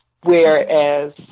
whereas